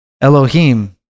Elohim